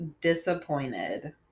Disappointed